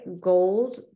gold